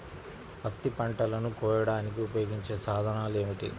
పత్తి పంటలను కోయడానికి ఉపయోగించే సాధనాలు ఏమిటీ?